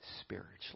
spiritually